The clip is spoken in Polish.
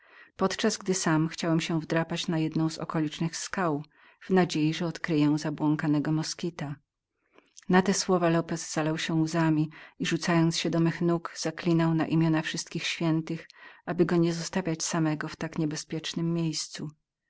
podczas gdy sam chciałem się wdrapać na góry w nadziei że odkryję zabłąkanego moskita na te słowa lopez zalał się łzami i rzucając się do mych nóg zaklinał na imiona wszystkich świętych aby go nie zostawiać samego w tak niebezpiecznem miejscu